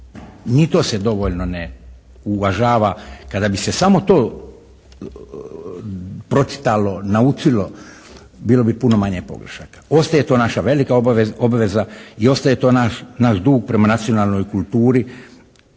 Ni to se dovoljno ne uvažava. Kada bi se samo to pročitalo, naučilo bilo bi puno manje pogrešaka. Ostaje to naša velika obveza i ostaje to naš dug prema nacionalnoj kulturi